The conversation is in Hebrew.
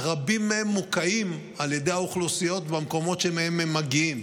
ורבים מהם מוקעים על ידי האוכלוסיות במקומות שמהם הם מגיעים.